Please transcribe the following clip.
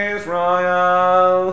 Israel